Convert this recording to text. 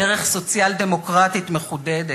דרך סוציאל-דמוקרטית מחודדת,